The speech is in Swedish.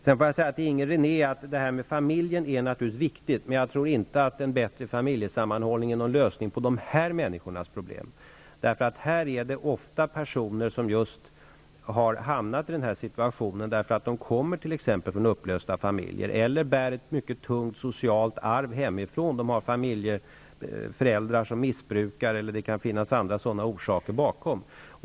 Sedan får jag till Inger René säga att familjen naturligtvis är viktig, men jag tror inte att en bättre familjesammanhållning är någon lösning på de bostadslösas problem. De har ofta hamnat i den situationen därför att de t.ex. kommer från upplösta familjer eller bär på ett mycket tungt socialt arv hemifrån -- de kan ha föräldrar som missbrukar eller det kan ligga andra liknande orsaker bakom.